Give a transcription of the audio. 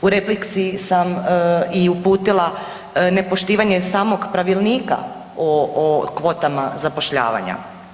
U replici sam i uputila nepoštivanje samog pravilnika o kvotama zapošljavanja.